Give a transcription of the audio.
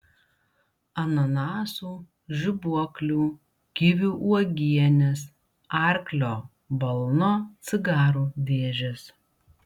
ananasų žibuoklių kivių uogienės arklio balno cigarų dėžės